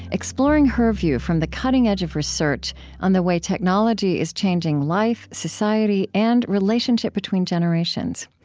exploring her view from the cutting edge of research on the way technology is changing life, society, and relationship between generations.